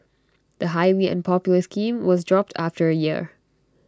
the highly unpopular scheme was dropped after A year